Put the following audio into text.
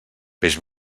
peix